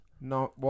No